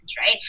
right